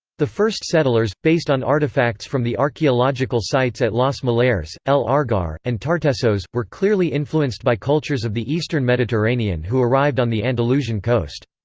the first settlers, based on artifacts from the archaeological sites at los millares, el argar, and tartessos, were clearly influenced by cultures of the eastern mediterranean who arrived on the andalusian coast.